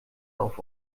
auf